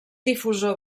difusor